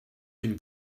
can